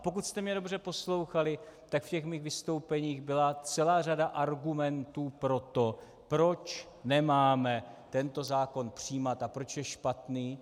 Pokud jste mě dobře poslouchali, tak v těch mých vystoupeních byla celá řada argumentů pro to, proč nemáme tento zákon přijímat a proč je špatný.